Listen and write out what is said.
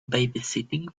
babysitting